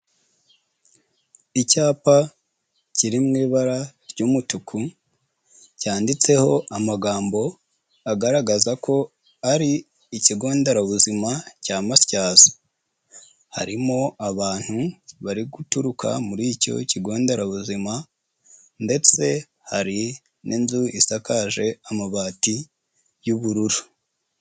Icyapa kiri mu ibara ry'umutuku cyanditseho amagambo agaragaza ko ari ikigo nderabuzima cya matyazo harimo abantu bari guturuka muri icyo kigo nderabuzima ndetse hari n'inzu isakaje amabati y'ubururu.